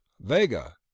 Vega